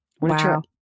Wow